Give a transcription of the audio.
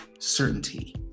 Certainty